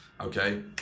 okay